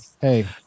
hey